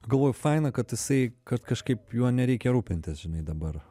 galvoju faina kad jisai kad kažkaip juo nereikia rūpintis žinai dabar